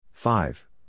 Five